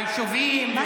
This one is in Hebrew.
והיישובים,